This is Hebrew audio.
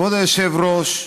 כבוד היושב-ראש,